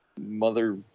mother